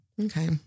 Okay